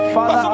Father